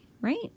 right